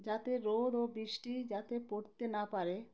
যাতে রোদ ও বৃষ্টি যাতে পড়তে না পারে